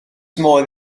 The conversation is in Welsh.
modd